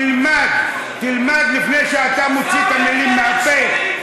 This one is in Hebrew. תלמד, תלמד, לפני שאתה מוציא את המילים מהפה.